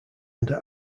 under